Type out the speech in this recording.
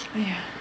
!aiya!